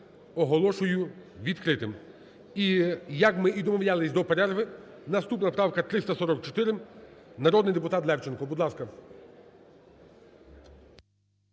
оголошую відкритим. І, як ми і домовлялись до перерви, наступна правка 344, народний депутат Левченко, будь ласка.